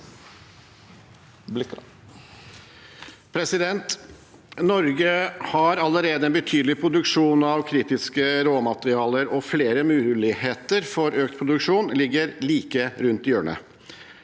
Norge har allerede en betydelig produksjon av kritiske råmaterialer, og flere muligheter for økt produksjon ligger like rundt hjørnet.